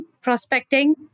prospecting